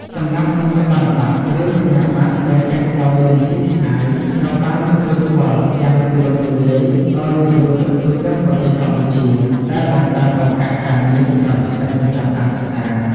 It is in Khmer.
សម្រាប់វិញ្ញាបនបត្រ ឬសញ្ញាបត្រដែលចេញដោយ NTTI ត្រូវបានទទួលស្គាល់យ៉ាងទូលំទូលាយដោយនិយោជកទូទាំងប្រទេសកម្ពុជា ដែលបង្កើនឱកាសការងារសម្រាប់និស្សិតបញ្ចប់ការសិក្សា។